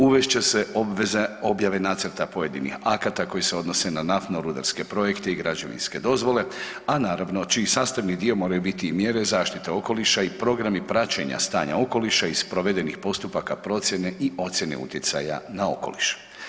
Uvest će se obveza objave nacrta pojedinih akata koji se odnose na naftno-rudarske projekte i građevinske dozvole, a naravno, čiji sastavni dio moraju biti mjere zaštite okoliša i programi praćenja stanja okoliša iz provedenih postupaka procjene i ocjene utjecaja na okoliš.